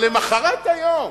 אבל למחרת היום,